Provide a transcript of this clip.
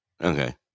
okay